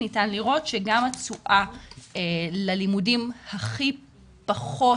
ניתן לראות שגם תשואה ללימודים הכי פחות,